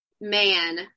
man